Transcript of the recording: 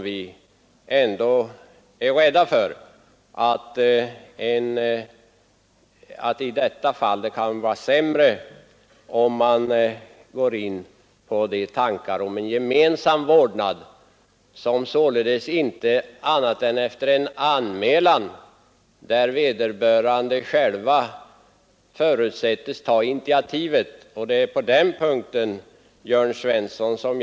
Vi är rädda för att barnets villkor i detta sammanhang kan försämras om man genomför en gemensam vårdnad som inte efter familjens upplösning regleras annat än efter anmälan, varvid vederbörande själva förutsätts ta initiativet för att bestämma vem av föräldrarna som skall ha vårdnaden av barnet.